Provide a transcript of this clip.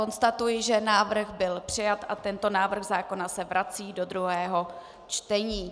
Konstatuji, že návrh byl přijat a tento návrh zákona se vrací do druhého čtení,.